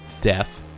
Death